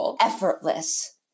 effortless